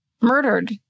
murdered